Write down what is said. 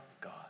God